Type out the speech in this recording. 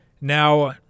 Now